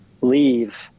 leave